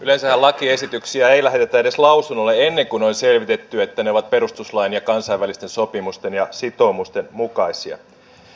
yleensähän lakiesityksiä ei lähetetä edes lausunnolle ennen kuin on selvitetty että ne ovat perustuslain ja kansainvälisten sopimusten ja sitoumusten mukaisia